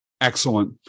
Excellent